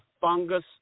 fungus